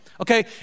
Okay